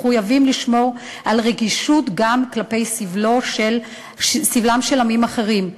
מחויבים לשמור על רגישות גם כלפי סבלם של עמים אחרים.